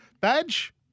Badge